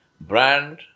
Brand